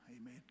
amen